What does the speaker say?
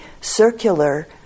circular